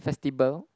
festibal